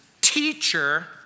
teacher